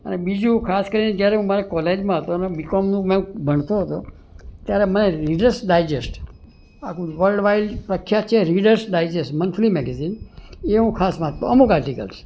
અને બીજુ ખાસ કરી ને હું જયારે કોલેજમાં હતો ને હું બીકોમ જયારે ભણતો હતો ત્યારે મેં રીડર્સ ડાયજેસ્ટ જે વર્લ્ડવાઈડ પ્રખ્યાત છે રીડર્સ ડાયજેસ્ટ મંથલી મેગેઝીન એ હું ખાસ વાંચતો અમુક આર્ટીકલ